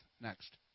Next